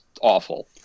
awful